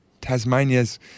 Tasmania's